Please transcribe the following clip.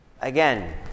Again